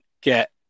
get